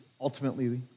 ultimately